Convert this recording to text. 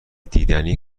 دیدنی